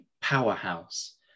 powerhouse